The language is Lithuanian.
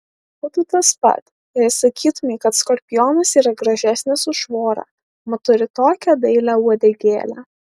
būtų tas pat jei sakytumei kad skorpionas yra gražesnis už vorą mat turi tokią dailią uodegėlę